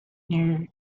near